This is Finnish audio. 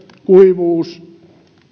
kuivuus